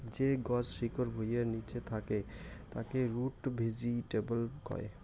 যে গছ শিকড় ভুঁইয়ের নিচে থাকে তাকে রুট ভেজিটেবল কয়